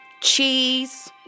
cheese